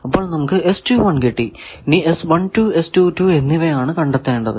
ഇനി എന്നിവ ആണ് കണ്ടെത്തേണ്ടത്